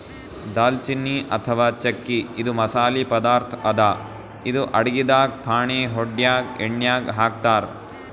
ದಾಲ್ಚಿನ್ನಿ ಅಥವಾ ಚಕ್ಕಿ ಇದು ಮಸಾಲಿ ಪದಾರ್ಥ್ ಅದಾ ಇದು ಅಡಗಿದಾಗ್ ಫಾಣೆ ಹೊಡ್ಯಾಗ್ ಎಣ್ಯಾಗ್ ಹಾಕ್ತಾರ್